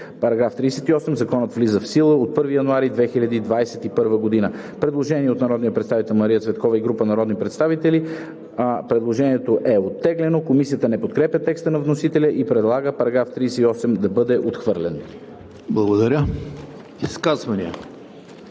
ред.“ „§ 38. Законът влиза в сила от 1 януари 2021 г.“ Предложение от народния представител Мария Цветкова и група народни представители. Предложението е оттеглено. Комисията не подкрепя текста на вносителя и предлага § 38 да бъде отхвърлен. ПРЕДСЕДАТЕЛ